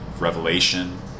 revelation